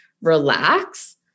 relax